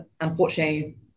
unfortunately